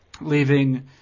leaving